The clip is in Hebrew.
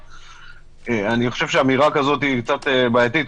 אני חושב שאמירה כזאת היא קצת בעייתית,